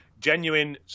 genuine